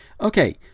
okay